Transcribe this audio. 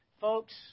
Folks